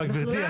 אבל גבירתי,